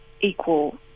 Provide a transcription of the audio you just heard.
equal